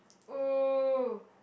oh